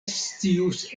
scius